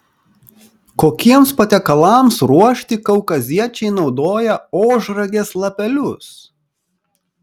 kokiems patiekalams ruošti kaukaziečiai naudoja ožragės lapelius